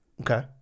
Okay